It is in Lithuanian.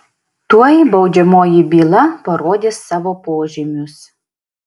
tuoj baudžiamoji byla parodys savo požymius